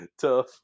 tough